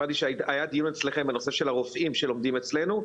נראה לי שהיה דיון אצלכם בנושא של הרופאים שלומדים אצלנו --- כן.